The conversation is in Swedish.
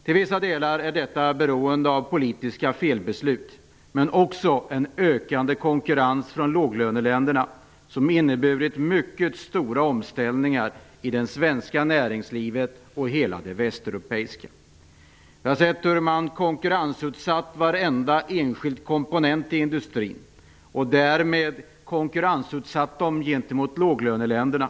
Till vissa delar är detta beroende av politiska felbeslut men också av en ökande konkurrens från låglöneländerna, en konkurrens som inneburit mycket stora omställningar i det svenska näringslivet och i hela det västeuropeiska. Vi har sett hur man konkurrensutsatt varenda enskild komponent i industrin och därmed konkurrensutsatt dem gentemot låglöneländerna.